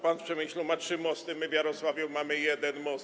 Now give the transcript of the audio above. Pan w Przemyślu ma trzy mosty, my w Jarosławiu mamy jeden most.